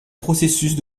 processus